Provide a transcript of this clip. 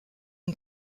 une